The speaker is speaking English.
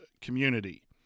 community